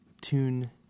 tune